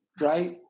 right